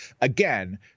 Again